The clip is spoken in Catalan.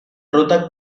ruta